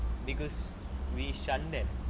because we sung them